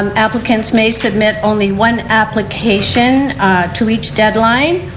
um applicants may submit only one application to each deadline.